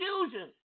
confusion